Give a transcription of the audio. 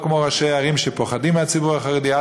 שלא כמו ראשי ערים שפוחדים מהציבור החרדי.